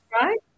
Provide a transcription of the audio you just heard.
right